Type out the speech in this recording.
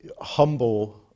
humble